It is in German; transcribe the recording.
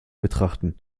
betrachten